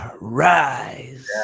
rise